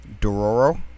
Dororo